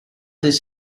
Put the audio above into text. this